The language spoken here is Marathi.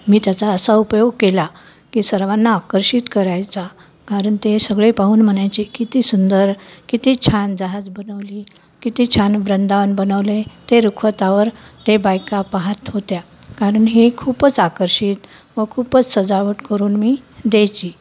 मी त्याचा असा उपयोग केला की सर्वांना आकर्षित करायचा कारण ते सगळे पाहून म्हणायचे किती सुंदर किती छान जहाज बनवली किती छान वृंदावन बनवले ते रुखवतावर ते बायका पाहत होत्या कारण हे खूपच आकर्षित व खूपच सजावट करून मी द्यायची